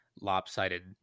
lopsided